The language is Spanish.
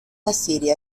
asiria